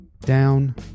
down